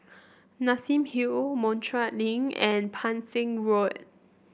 Nassim Hill Montreal Link and Pang Seng Road